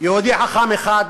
יהודי חכם אחד,